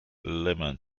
lemon